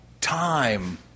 time